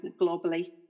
globally